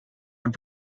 and